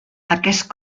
aquest